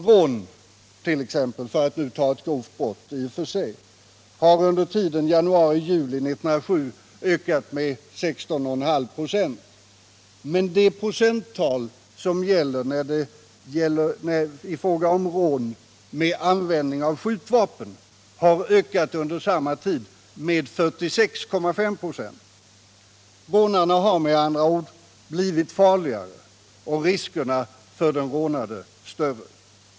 Rån t.ex. — för att nu ta detta grova brott — har under tiden januari-juli 1977 ökat med 16,5 96, men det procenttal som gäller för rån med användning av skjutvapen har under samma tid ökat med 46,5 96. Rånarna har med andra ord blivit farligare och riskerna för den rånade större.